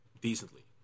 decently